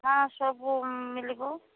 ହଁ ସବୁ ମିଳିବ